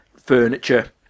furniture